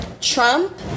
Trump